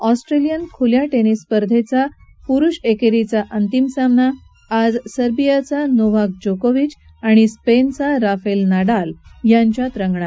Australian खुल्या tennis स्पर्धेत पुरुष एकेरीचा अंतिम सामना आज सर्बियाचा नोवाक जोकोविच आणि स्पेनच्या राफेल नडाल यांच्यात रंगणार